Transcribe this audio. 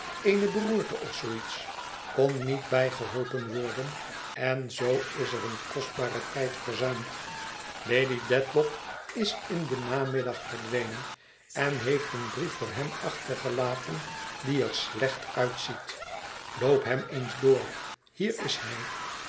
eene beroerte of zoo iets kon niet bijgeholpen worden en zoo is er een kostbare tijd verzuimd lady dedlock is in den namiddag verdwenen en heeft een brief voor hem achtergelaten die er slecht uitziet loop hem eens door hier is hij